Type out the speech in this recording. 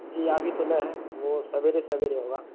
جی ابھی تو نہیں ہے وہ سویرے سویرے ہوگا